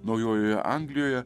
naujojoje anglijoje